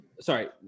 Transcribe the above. sorry